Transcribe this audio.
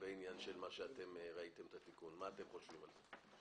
תאמרו מה אתם חושבים על התיקון.